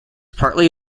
partly